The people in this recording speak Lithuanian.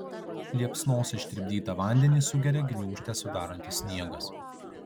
liepsnos ištirpdytą vandenį sugeria gniūžtę sudarantis sniegas